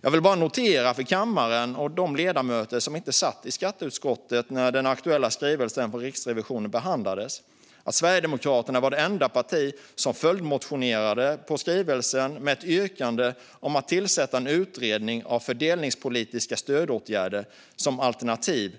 Jag vill bara notera för kammaren och de ledamöter som inte satt i skatteutskottet när den aktuella skrivelsen från Riksrevisionen behandlades att Sverigedemokraterna var det enda partiet som följdmotionerade med anledning av skrivelsen med ett yrkande om "att tillsätta en utredning av fördelningspolitiska stödåtgärder som alternativ